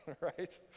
right